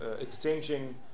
exchanging